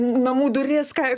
namų duris ką